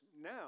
now